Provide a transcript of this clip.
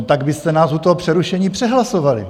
Tak byste nás u toho přerušení přehlasovali!